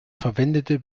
verwendete